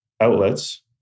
outlets